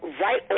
right